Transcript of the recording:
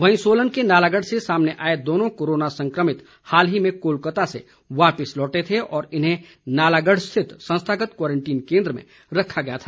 वहीं सोलन के नालागढ़ से सामने आए दोनो कोरोना संक्रमित हाल ही में कोलकाता से वापिस लौटे थे और इन्हें नालागढ़ स्थित संस्थागत क्वारंटीन केंद्र में रखा गया था